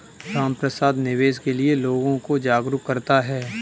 रामप्रसाद निवेश के लिए लोगों को जागरूक करता है